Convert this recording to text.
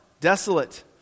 Desolate